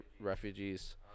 refugees